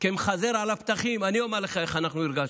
כמחזר על הפתחים, אני אומר לך איך אנחנו הרגשנו,